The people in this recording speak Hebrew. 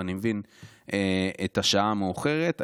אבל אני מבין את השעה מאוחרת,